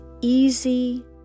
easy